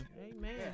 Amen